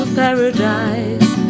paradise